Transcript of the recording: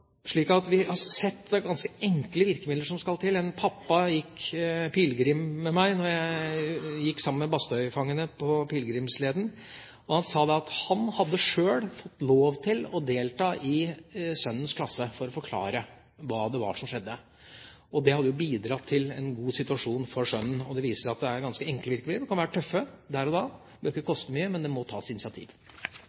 ganske enkle virkemidler som skal til. En pappa gikk pilegrim med meg da jeg gikk sammen med Bastøy-fangene på pilegrimsleden. Han sa at han hadde sjøl fått lov til å delta i sønnens klasse for å forklare hva det var som skjedde. Det hadde bidratt til en god situasjon for sønnen. Det viser seg at det er ganske enkle virkemidler. De kan være tøffe der og da.